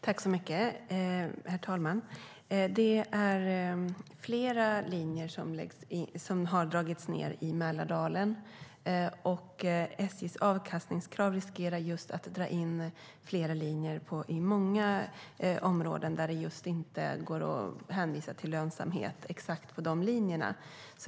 Herr talman! Det är flera linjer som har dragits in i Mälardalen. SJ:s avkastningskrav gör att man riskerar att flera linjer dras in i många områden där det inte går att hänvisa till lönsamhet exakt på dessa linjer.